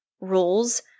rules